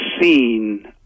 seen